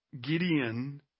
Gideon